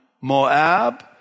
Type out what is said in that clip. Moab